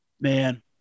Man